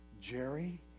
Jerry